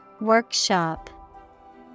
Workshop